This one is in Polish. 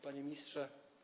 Panie Ministrze!